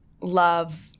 love